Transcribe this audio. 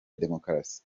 demokarasi